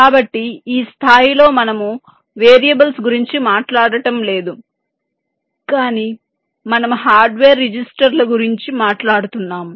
కాబట్టి ఈ స్థాయిలో మనము వేరియబుల్స్ గురించి మాట్లాడటం లేదు కానీ మనము హార్డ్వేర్ రిజిస్టర్ల గురించి మాట్లాడుతున్నాము